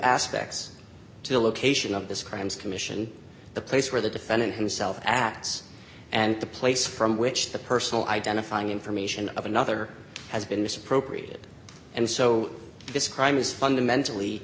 aspects to the location of this crimes commission the place where the defendant himself acts and the place from which the personal identifying information of another has been misappropriated and so this crime is fundamentally